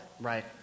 right